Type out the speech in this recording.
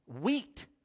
wheat